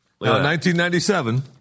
1997